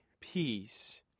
peace